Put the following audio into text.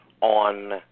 on